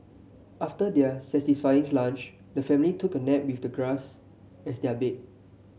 after their satisfying lunch the family took a nap with the grass as their bed